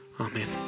Amen